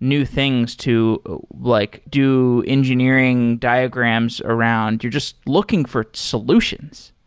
new things to like do engineering diagrams around. you're just looking for solutions.